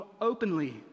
openly